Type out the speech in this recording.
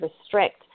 restrict